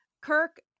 Kirk